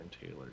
Taylor